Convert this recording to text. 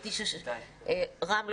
רם,